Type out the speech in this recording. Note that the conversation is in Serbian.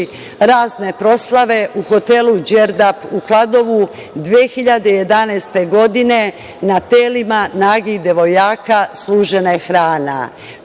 razne proslave u hotelu „Đerdap“ u Kladovu 2011. godine na telima nagih devojaka služena je hrana. To